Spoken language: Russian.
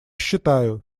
считаю